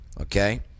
okay